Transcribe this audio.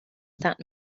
that